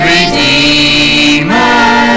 Redeemer